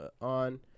on